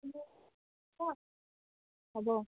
হ'ব